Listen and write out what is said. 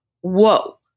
whoa